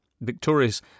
victorious